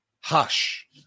hush